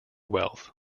wealth